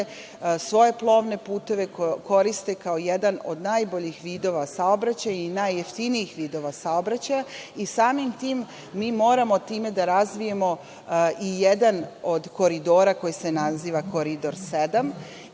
svoje plovne puteve koriste kao jedan od najboljih vidova saobraćaja i najjeftinijih vidova saobraćaja i samim tim, mi moramo time da razvijemo i jedan od koridora koji se naziva Koridor 7,